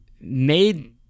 made